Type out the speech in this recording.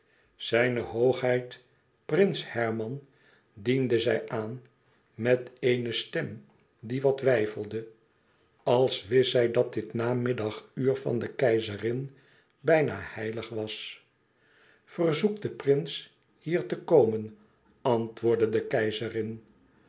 zijne hoogheid prins herman diende zij aan met eene stem die wat weifelde als wist zij dat dit namiddaguur van de keizerin bijna heilig was verzoek den prins hier te komen antwoordde de keizerin